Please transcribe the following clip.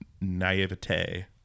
naivete